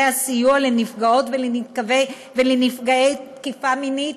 הסיוע לנפגעות ולנפגעי תקיפה מינית,